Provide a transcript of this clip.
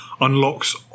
unlocks